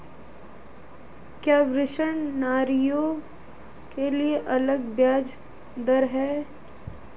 क्या वरिष्ठ नागरिकों के लिए अलग ब्याज दर है?